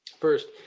First